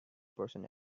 person